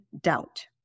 doubt